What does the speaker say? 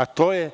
A to je